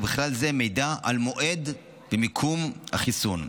ובכלל זה מידע על מועד ומיקום החיסון,